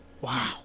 Wow